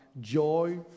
joy